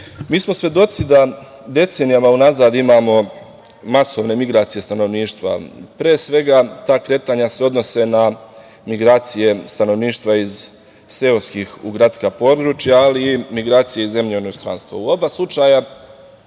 smo svedoci da decenijama unazad imamo masovne migracije stanovništva, pre svega ta kretanja se odnose na migracije stanovništva iz seoskih u gradska područja, ali i migracije iz zemlje u inostranstvo. U oba slučaja,